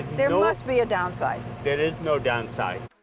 there must be a downside. there is no downside.